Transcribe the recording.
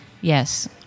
Yes